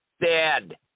dead